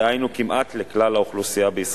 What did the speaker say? דהיינו כמעט לכל האוכלוסייה בישראל.